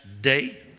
day